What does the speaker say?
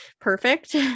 perfect